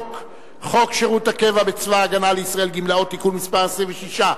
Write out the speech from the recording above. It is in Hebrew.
חוק שירות הקבע בצבא-הגנה לישראל (גמלאות) (תיקון מס' 26),